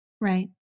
Right